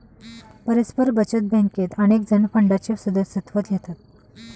परस्पर बचत बँकेत अनेकजण फंडाचे सदस्यत्व घेतात